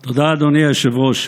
תודה, אדוני היושב-ראש.